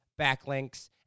Backlinks